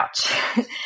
couch